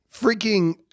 freaking